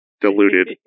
diluted